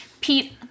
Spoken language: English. Pete